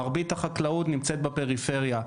מרבית החקלאות נמצאת בפריפריה.